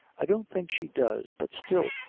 i don't think she does but still,